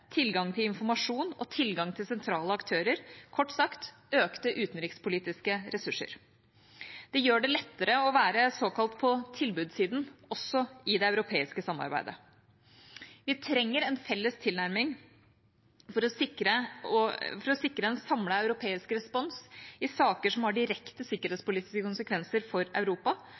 tilgang til informasjon og tilgang til sentrale aktører – kort sagt økte utenrikspolitiske ressurser. Det gjør det lettere å være såkalt på tilbudssiden, også i det europeiske samarbeidet. Vi trenger en felles tilnærming for å sikre en samlet europeisk respons i saker som har direkte sikkerhetspolitiske konsekvenser for Europa,